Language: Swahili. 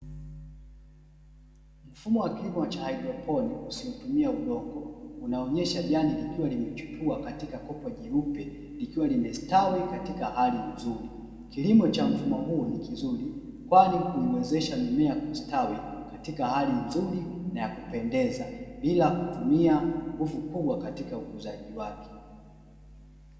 Mfumo wa kilimo cha haidroponi usiotumia udongo unaonyesha jani likiwa limechipua katika kopo jeupe likiwa limestawi katika hali nzuri, kilimo cha mfumo huu ni kizuri kwani huiwezesha mimea kustawi katika hali nzuri na ya kupendeza bila kutumia nguvu kubwa katika ukuzaji wake.